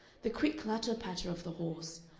the quick clatter-patter of the horse,